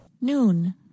Noon